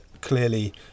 clearly